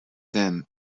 them